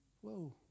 Whoa